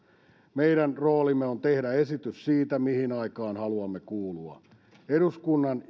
meidän roolimme on tehdä esitys siitä mihin aikaan haluamme kuulua eduskunnan